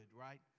right